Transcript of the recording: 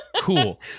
cool